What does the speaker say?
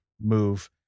move